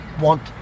want